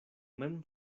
mem